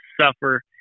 suffer